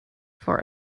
for